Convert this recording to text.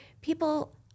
people